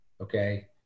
okay